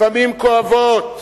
לפעמים כואבות,